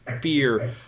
fear